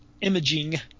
imaging